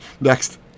Next